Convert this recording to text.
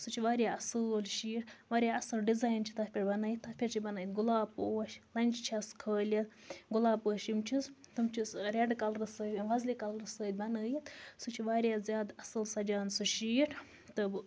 سُہ چھُ اصل شیٖٹ واریاہ اصل ڈِزایِن چھ تَتھ پیٚٹھ بَنٲوِتھ تَتھ پیٚٹھ چھِ بَنٲوِتھ گُلاب پوش لَنجہِ چھَس کھٲلِتھ گوٚلاب پوش یِم چھِس تِم چھِس ریٚڈ کَلرٕ سۭتۍ وۄزلہِ کَلرٕ سۭتۍ بَنٲوِتھ سُہ چھُ واریاہ زیاد اصٕل سَجان سُہ شیٖٹ تہٕ